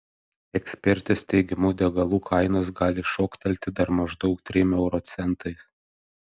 ekspertės teigimu degalų kainos gali šoktelti dar maždaug trim euro centais